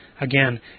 Again